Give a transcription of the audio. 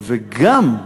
וגם,